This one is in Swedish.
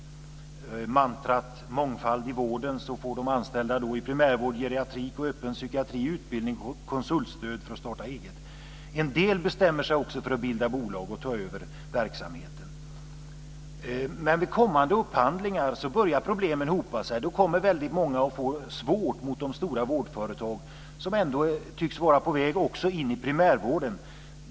Med mantrat "mångfald i vården" får de anställda i primärvård, geriatrik och öppen psykiatri utbildning och konsultstöd för att starta eget. En del bestämmer sig också för att bilda bolag och ta över verksamheten. Vid kommande upphandlingar börjar problemen att hopa sig. Då får många svårt mot de stora vårdföretag som ändå tycks vara på väg in i primärvården.